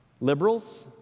Liberals